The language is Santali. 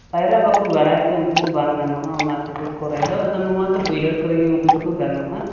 ᱯᱟᱭᱨᱟᱜ ᱵᱟᱠᱚ ᱵᱟᱲᱟᱭᱛᱮ ᱩᱱᱠᱩ ᱫᱚ ᱵᱟᱝ ᱜᱟᱱᱚᱜᱼᱟ ᱱᱚᱣᱟ ᱚᱱᱟ ᱠᱚᱨᱮ ᱫᱚ ᱟᱫᱚ ᱱᱚᱣᱟ ᱫᱚ ᱵᱟᱹᱭᱦᱟᱹᱲ ᱠᱚᱨᱮ ᱜᱮ ᱩᱱᱠᱩ ᱫᱚᱠᱚ ᱜᱟᱱᱚᱜᱼᱟ